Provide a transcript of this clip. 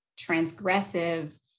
transgressive